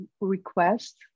request